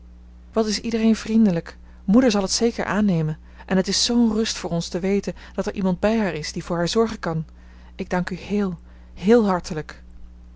wat is iedereen vriendelijk moeder zal het zeker aannemen en het is zoo'n rust voor ons te weten dat er iemand bij haar is die voor haar zorgen kan ik dank u heel héél hartelijk